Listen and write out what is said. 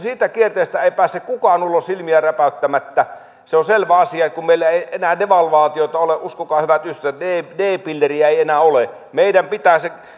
siitä kierteestä ei pääse kukaan ulos silmiä räpäyttämättä se on selvä asia ja kun meillä ei enää devalvaatiota ole uskokaa hyvät ystävät d pilleriä ei enää ole meidän pitää se